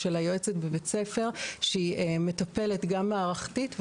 או של היועצת בבית ספר שהיא מטפלת גם מערכתית,